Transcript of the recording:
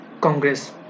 Congress